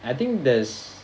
I think there's